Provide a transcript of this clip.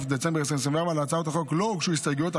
דצמבר 2024. להצעת החוק לא הוגשו הסתייגויות,